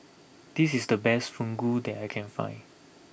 this is the best Fugu that I can find